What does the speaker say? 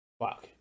fuck